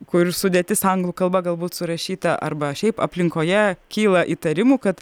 kurių sudėtis anglų kalba galbūt surašyta arba šiaip aplinkoje kyla įtarimų kad